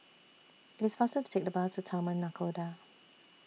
IT IS faster to Take The Bus to Taman Nakhoda